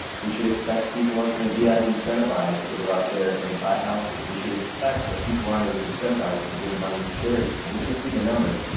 we should expect people aren't going to and be as incentivized to go out there and buy houses. we should expect that people aren't as incentivized to give money to charities. and you're going to see the numbers.